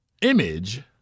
image